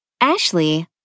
Ashley